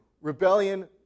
Rebellion